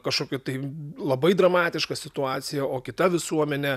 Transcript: kažkokį tai labai dramatišką situaciją o kita visuomenė